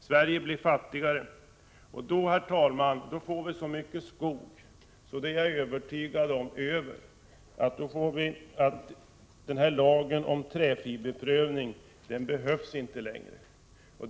Sverige blir fattigare, och då får vi så mycket skog att jag är övertygad om att lagen om träfiberprövning inte längre kommer att behövas.